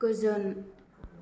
गोजोन